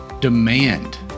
Demand